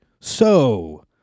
So